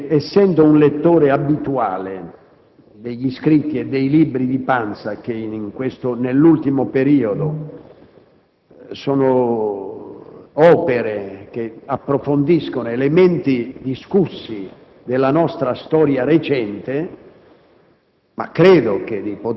Storace, essendo un lettore abituale degli scritti e dei libri di Pansa, che nell’ultimo periodo nelle sue opere approfondisce elementi dibattuti della nostra storia recente,